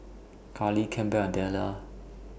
Karli Campbell and Dellar